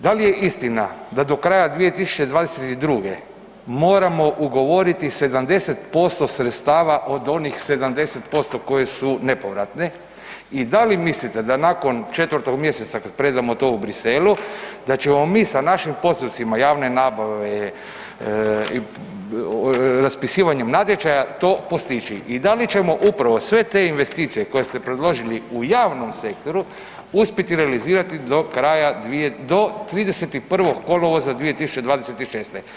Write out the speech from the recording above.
Da li je istina da do kraja 2022.g. moramo ugovoriti 70% sredstava od onih 70% koje su nepovratne i da li mislite da nakon 4. mjeseca kad predamo to u Bruxellesu da ćemo mi sa našim postupcima javne nabave, raspisivanjem natječaja to postići i da li ćemo upravo sve te investicije koje ste predložili u javnom sektoru uspjeti realizirati do 31. kolovoza 2026.